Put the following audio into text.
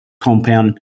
compound